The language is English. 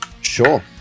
Sure